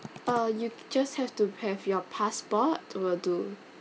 uh you just have to have your passport will do